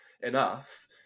enough